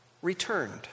returned